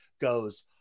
goes